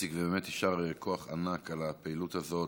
תודה, איציק, ובאמת יישר כוח ענק על הפעילות הזאת.